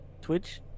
twitch